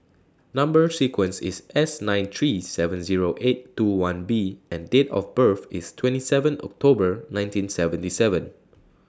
Number sequence IS S nine three seven Zero eight two one B and Date of birth IS twenty seven October nineteen seventy seven